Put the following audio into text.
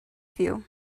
few